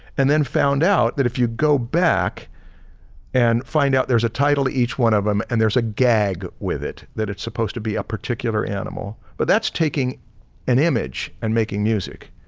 and then found out that if you go back and find out there's a title to each one of them and there's a gag with it, that it's supposed to be a particular animal. but that's taking an image and making music.